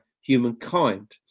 humankind